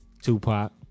Tupac